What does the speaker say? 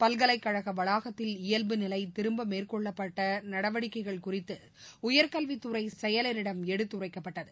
பல்கலைக்கழகவளாகத்தில் இயல்பு நிலைதிரும்பமேற்கொள்ளப்பட்டநடவடிக்கைகள் குறித்தஉயர்கல்வித் துறைசெயலரிடம் எடுத்துரைக்கப்பட்டது